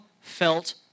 felt